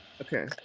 Okay